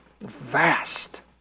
vast